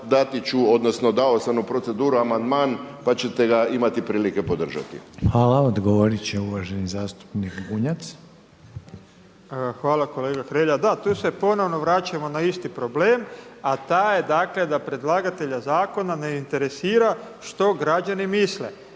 dao sam u proceduru amandman pa ćete ga imati prilike podržati. **Reiner, Željko (HDZ)** Hvala. Odgovorit će uvaženi zastupnik Bunjac. **Bunjac, Branimir (Živi zid)** Hvala kolega Hrelja. Da, tu se ponovno vraćamo na isti problem, a taj je dakle da predlagatelja zakona ne interesira što građani misle.